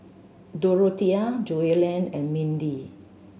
Dorothea Joellen and Mindi